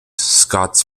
scots